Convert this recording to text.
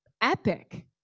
epic